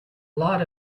lot